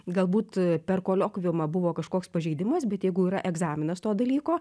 galbūt per koliokviumą buvo kažkoks pažeidimas bet jeigu yra egzaminas to dalyko